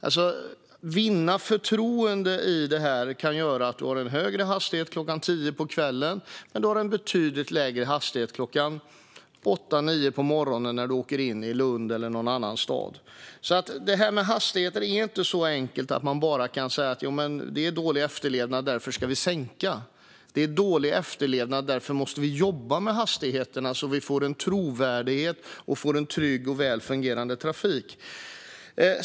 Att vinna förtroende i detta kan göras genom att man tillåter en högre hastighet klockan tio på kvällen och en betydligt lägre hastighet klockan åtta eller nio på morgonen när folk åker in i Lund eller någon annan stad. Detta med hastigheter är inte så enkelt. Man kan inte bara säga att efterlevnaden är dålig och att vi därför ska sänka hastigheten. Efterlevnaden är dålig - därför måste vi jobba med hastigheterna så att vi får en trovärdighet och en trygg och väl fungerande trafik.